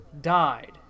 died